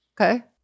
okay